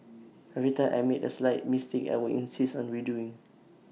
every time I made A slight mistake I would insist on redoing